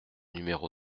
numéro